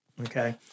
Okay